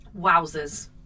Wowzers